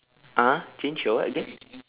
(uh huh) change your what again